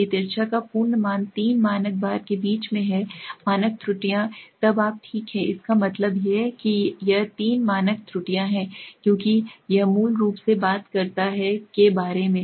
यदि तिरछा का पूर्ण मान तीन मानक बार के बीच है मानक त्रुटियां तब आप ठीक हैं इसका मतलब यह है कि यह तीन मानक त्रुटियां हैं क्योंकि यह मूल रूप से बात करता है के बारे में